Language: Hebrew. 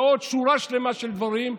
ועוד שורה שלמה של דברים,